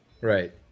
Right